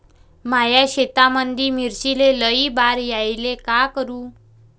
माया शेतामंदी मिर्चीले लई बार यायले का करू?